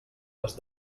les